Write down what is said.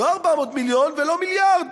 לא 400 מיליון ולא מיליארד,